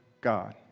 God